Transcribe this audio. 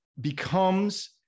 becomes